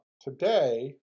today